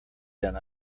than